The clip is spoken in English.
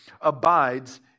abides